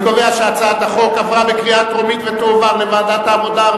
אני קובע שהצעת החוק עברה בקריאה טרומית ותועבר לוועדת העבודה,